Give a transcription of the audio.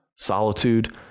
solitude